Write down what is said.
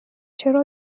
چرا